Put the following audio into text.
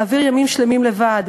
להעביר ימים שלמים לבד.